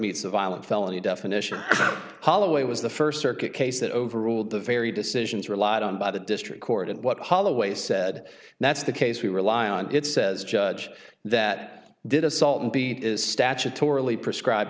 a violent felony definition holloway was the first circuit case that overruled the very decisions relied on by the district court and what holloway said that's the case we rely on it says judge that did assault and beat is statutorily prescribe